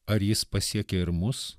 ar jis pasiekia ir mus